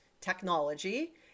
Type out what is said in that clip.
technology